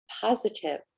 positive